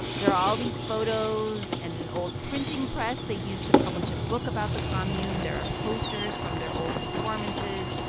there are all these photos and an old printing press they used to publish a book about the commune. there are posters from their old performances.